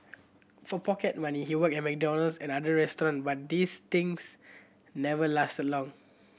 for pocket money he worked at McDonald's and other restaurant but these stints never lasted long